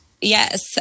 yes